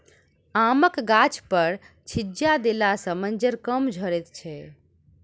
आमक गाछपर छिच्चा देला सॅ मज्जर कम झरैत छै